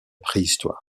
préhistoire